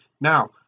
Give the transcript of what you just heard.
Now